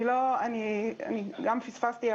פספסתי.